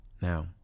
Now